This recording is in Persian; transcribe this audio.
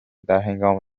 درهنگام